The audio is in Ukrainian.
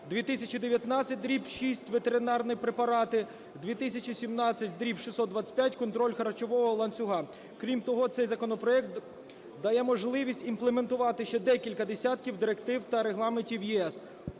2019/6 "Ветеринарні препарати", 2017/625 "Контроль харчового ланцюга". Крім того, цей законопроект дає можливість імплементувати ще декілька десятків директив та регламентів ЄС.